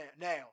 now